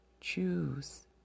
choose